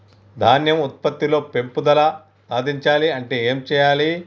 ధాన్యం ఉత్పత్తి లో పెంపుదల సాధించాలి అంటే ఏం చెయ్యాలి?